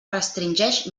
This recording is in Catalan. restringeix